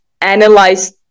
analyze